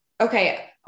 Okay